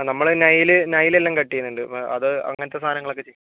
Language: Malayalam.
ആ നമ്മൾ നൈൽ നൈൽ എല്ലാം കട്ട് ചെയ്യുന്നുണ്ട് വ അത് അങ്ങനത്തെ സാധനങ്ങളൊക്കെ ചെയ്യും